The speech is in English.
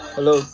Hello